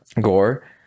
Gore